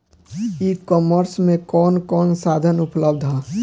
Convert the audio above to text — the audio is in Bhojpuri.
ई कॉमर्स में कवन कवन साधन उपलब्ध ह?